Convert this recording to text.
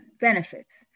benefits